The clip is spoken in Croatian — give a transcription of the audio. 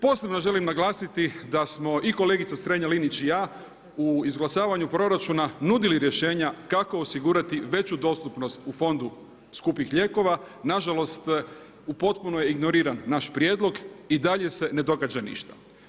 Posebno želim naglasiti da smo i kolega Strenja-Linić i ja u izglasavanju proračuna nudili rješenja kako osigurati veću dostupnost u Fondu skupih lijekova, nažalost u potpuno je ignoriran naš prijedlog i dalje se ne događa ništa.